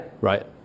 right